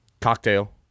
Cocktail